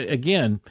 again